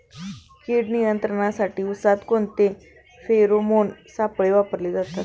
कीड नियंत्रणासाठी उसात कोणते फेरोमोन सापळे वापरले जातात?